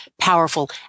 powerful